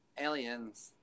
Aliens